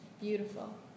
Beautiful